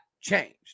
changed